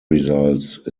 results